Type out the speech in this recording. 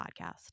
podcast